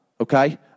okay